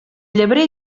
llebrer